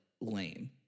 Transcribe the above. lame